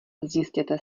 zjistěte